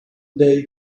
day